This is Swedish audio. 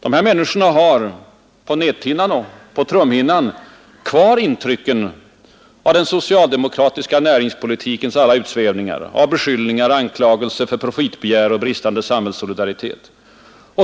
Dessa människor har — på näthinnan och trumhinnan — kvar intrycken av den socialdemokratiska näringspolitikens alla utsvävningar, av beskyllningar, anklagelser för profitbegär och bristande samhällssolidaritet.